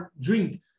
drink